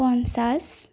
পঞ্চাছ